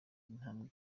intambwe